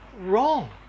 wrong